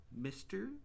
Mr